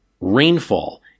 rainfall